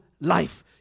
life